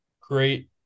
great